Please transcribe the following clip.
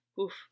Oof